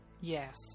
Yes